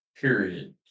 period